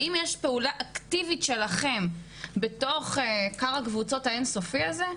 האם יש פעולה אקטיבית שלכם בתוך כר הקבוצות האינסופי הזה.